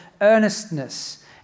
earnestness